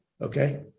okay